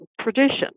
tradition